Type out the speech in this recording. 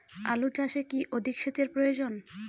আলু চাষে কি অধিক সেচের প্রয়োজন?